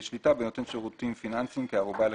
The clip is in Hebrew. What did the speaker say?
שליטה בנותן שירותים פיננסיים כערובה לחיוב,